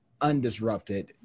undisrupted